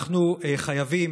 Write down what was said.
אנחנו חייבים,